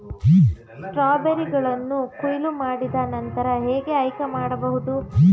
ಸ್ಟ್ರಾಬೆರಿಗಳನ್ನು ಕೊಯ್ಲು ಮಾಡಿದ ನಂತರ ಹೇಗೆ ಆಯ್ಕೆ ಮಾಡಬಹುದು?